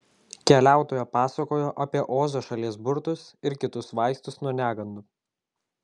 keliautoja pasakojo apie ozo šalies burtus ir kitus vaistus nuo negandų